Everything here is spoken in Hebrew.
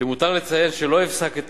"למותר לציין שלא הפסקתי